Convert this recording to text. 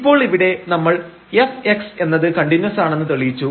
ഇപ്പോൾ ഇവിടെ നമ്മൾ fx എന്നത് കണ്ടിന്യൂസ് ആണെന്ന് തെളിയിച്ചു